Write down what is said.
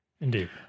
Indeed